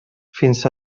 fins